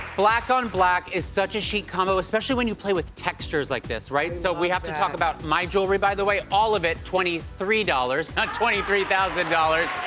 black on black is such a chic combo, especially when you play with textures like this, right? so we have to talk about, my jewelry, by the way, all of it, twenty three dollars, not twenty three thousand dollars.